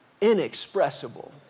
inexpressible